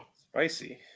Spicy